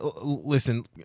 listen